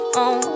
on